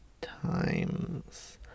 times